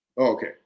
Okay